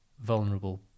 vulnerable